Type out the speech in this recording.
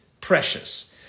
precious